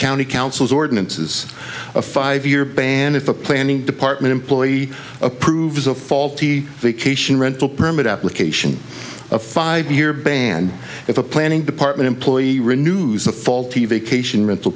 county council's ordinances a five year ban if a planning department employee approves of faulty vacation rental permit application a five year ban if a planning department employee renews a faulty vacation rental